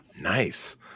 Nice